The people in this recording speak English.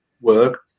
work